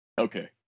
Okay